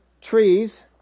Trees